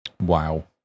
wow